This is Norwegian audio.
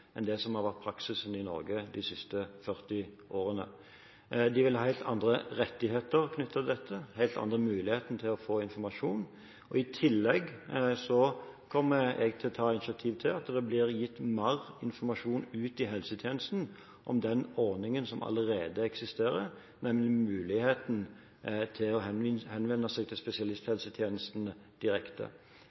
enn det som har vært praksisen i Norge de siste 40 årene. De vil ha helt andre rettigheter knyttet til dette, og helt andre muligheter til å få informasjon. I tillegg kommer jeg til å ta initiativ til at det blir gitt ut mer informasjon til helsetjenesten om den ordningen som allerede eksisterer, nemlig muligheten til å henvende seg til spesialisthelsetjenesten direkte.